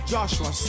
Joshua